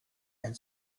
and